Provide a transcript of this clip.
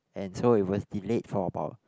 and so it was delayed for about